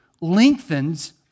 lengthens